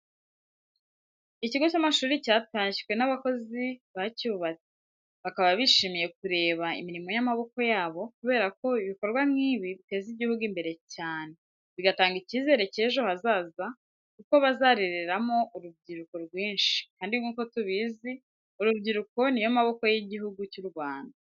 Ikigo cy'amashuri cyatashywe n'abakozi bacyubatse, bakaba bishimiye kureba imirimo y'amaboko yabo kubera ko ibikorwa nk'ibi biteza igihugu imbere cyane, bigatanga icyizere cy'ejo hazaza kuko bazarereramo urubyiruko rwinshi kandi nk'uko tubizi urubyiruko ni yo maboko y'Igihugu cy'u Rwanda.